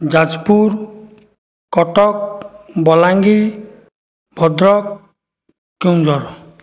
Jajpur Cuttack Balangir Bhadrak Keonjhar